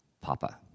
Papa